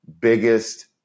biggest